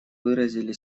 выразили